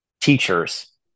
teachers